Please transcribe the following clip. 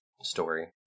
story